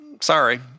sorry